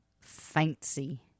fancy